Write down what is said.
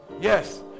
yes